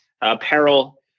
apparel